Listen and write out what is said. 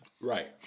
Right